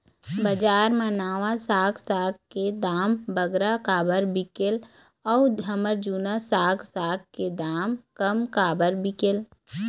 बजार मा नावा साग साग के दाम बगरा काबर बिकेल अऊ हमर जूना साग साग के दाम कम काबर बिकेल?